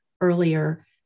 earlier